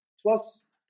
plus